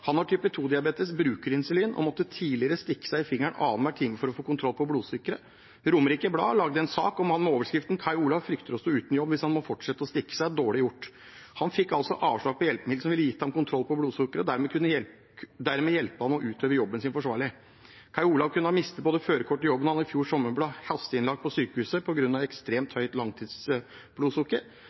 Han har type 2-diabetes, bruker insulin og måtte tidligere stikke seg i fingeren annen hver time for å få kontroll på blodsukkeret. Romerikes Blad laget en sak om ham med overskriften: «Kai Olav frykter å stå uten jobb hvis han må fortsette å stikke seg: – Dårlig gjort.» Han fikk altså avslag på hjelpemiddelet som ville gitt ham kontroll på blodsukkeret og dermed hjelpe ham til å utøve jobben sin forsvarlig. Kai Olav kunne ha mistet både førerkort og jobb da han i fjor sommer ble hasteinnlagt på sykehus på grunn av ekstremt høyt